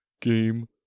game